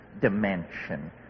dimension